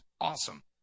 awesome